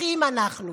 אחים אנחנו.